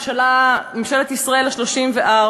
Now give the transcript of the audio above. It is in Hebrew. ממשלת ישראל ה-34,